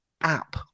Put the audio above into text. app